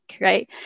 right